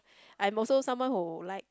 I'm also someone who like